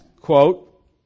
quote